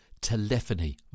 telephony